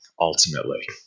ultimately